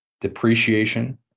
depreciation